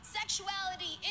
sexuality